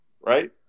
Right